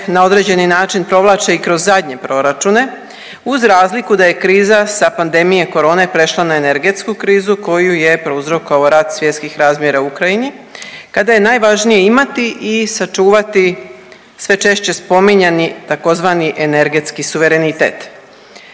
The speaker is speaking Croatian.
na određeni način provlače i kroz zadnje proračune uz razliku da je kriza sa pandemije korone prešla na energetsku krizu koju je prouzrokovao rat svjetskih razmjera u Ukrajini kada je najvažnije imati i sačuvati sve češće spominjati tzv. energetski suverenitet.